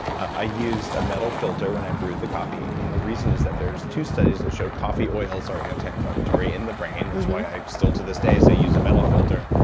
i used a metal filter, when i brewed the coffee. and the reason is that there's two studies that show coffee oils are antiinflammatory in the brain. that why i still, to this day, say use a metal filter,